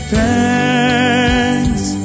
thanks